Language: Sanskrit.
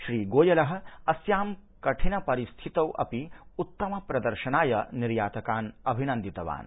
श्री गोयलः अस्यां कठिन परिस्थितौ उत्तम प्रदर्शनाय निर्यातकान् अभिनन्दितवान्